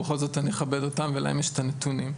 אני מכבד אותם ולהם יש את הנתונים.